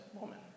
woman